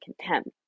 contempt